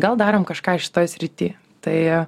gal darom kažką šitoj srity tai